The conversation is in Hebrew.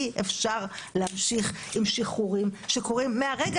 אי אפשר להמשיך עם שחרורים שקורים מהרגע